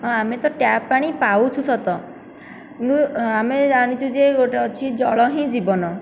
ଆଉ ଆମେ ତ ଟ୍ୟାପ୍ ପାଣି ପାଉଛୁ ସତ ମୁଁ ଆମେ ଜାଣିଛୁ ଯେ ଗୋଟିଏ ଅଛି ଜଳ ହିଁ ଜୀବନ